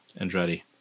Andretti